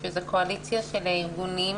שזו קואליציה של ארגונים